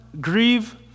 grieve